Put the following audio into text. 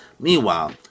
meanwhile